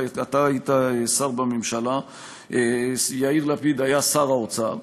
אתה היית שר בממשלה, יאיר לפיד היה שר האוצר.